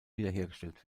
wiederhergestellt